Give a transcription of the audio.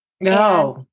No